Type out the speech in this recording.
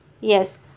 Yes